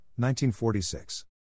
1946